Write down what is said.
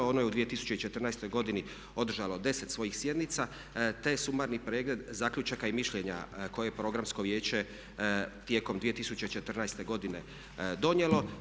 Ono je u 2014.godini održalo 10 svojih sjednica te sumarni pregled zaključaka i mišljenja koje programsko vijeće tijekom 2014.godine donijelo.